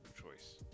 choice